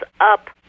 up